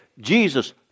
Jesus